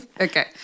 Okay